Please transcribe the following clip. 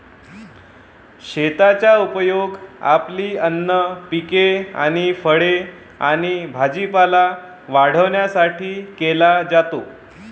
शेताचा उपयोग आपली अन्न पिके आणि फळे आणि भाजीपाला वाढवण्यासाठी केला जातो